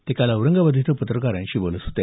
ते काल औरंगाबाद इथं पत्रकारांशी बोलत होते